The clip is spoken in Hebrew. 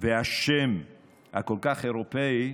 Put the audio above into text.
והשם הכל-כך אירופיים,